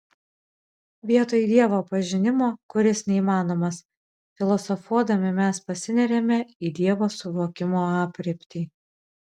vietoj dievo pažinimo kuris neįmanomas filosofuodami mes pasineriame į dievo suvokimo aprėptį